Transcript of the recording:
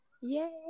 Yay